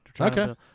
Okay